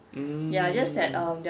mm